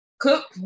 cook